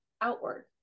outward